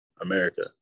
America